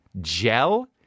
Gel